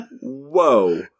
whoa